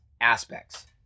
aspects